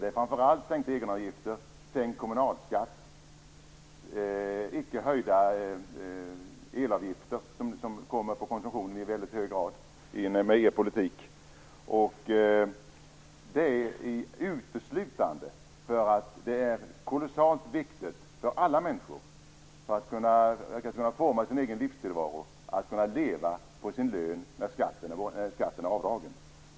Det är framför allt sänkta egenavgifter, sänkt kommunalskatt, icke-höjda elavgifter som påverkar konsumtionen i väldigt hög grad genom er politik. Det är kolossalt viktigt för alla människor att kunna forma sin egen livstillvaro och kunna leva på sin lön när skatten är avdragen.